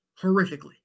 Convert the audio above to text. horrifically